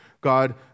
God